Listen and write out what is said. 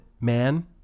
Man